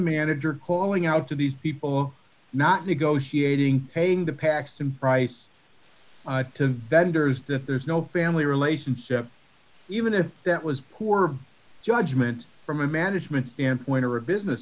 manager calling out to these people not negotiating paying the pax the price to vendors that there's no family relationship even if that was poor judgment from a management point or a business